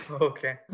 okay